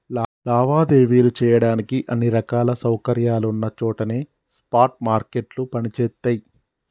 లావాదేవీలు చెయ్యడానికి అన్ని రకాల సౌకర్యాలున్న చోటనే స్పాట్ మార్కెట్లు పనిచేత్తయ్యి